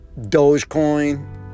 Dogecoin